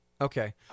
Okay